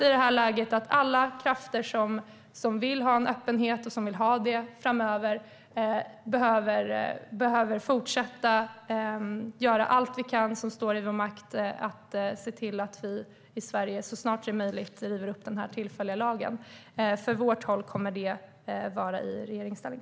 I det här läget behöver alla krafter som vill ha öppenhet, även framöver, fortsätta göra allt som står i vår makt för att riva upp den här tillfälliga lagen i Sverige så snart möjligt. Från vårt håll kommer det att vara i regeringsställning.